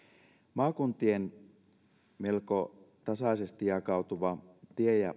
maakuntien melko tasaisesti jakautuvat tie ja